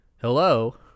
Hello